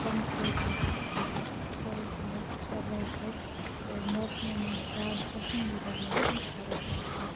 comforting اکھ چیٖز توے چھِ مےٚ یہِ ساروی کھۄتہٕ موسمو منٛزٕ زِیادٕ پَسندیٖدہ موسم ہَرُد موسم